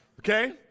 okay